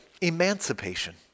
emancipation